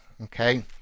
okay